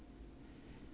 that's right